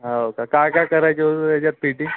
हो का काय काय करायचं होतं त्याच्यात फिटिंग